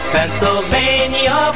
Pennsylvania